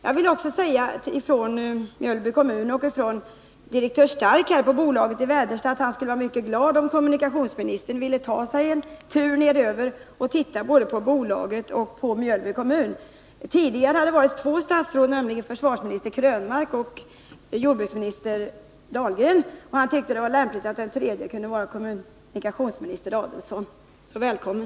Jag vill också från Mjölby kommun och direktör Stark i bolaget i Väderstad säga att man skulle vara mycket glad om kommunikationsministern ville ta sig en tur nedöver och titta på både bolaget och Mjölby kommun. Tidigare har två statsråd varit där, nämligen försvarsministern Krönmark och jordbruksministern Dahlgren. Direktör Stark tyckte att det var lämpligt att det tredje statsrådet var kommunikationsminister Adelsohn. Välkommen!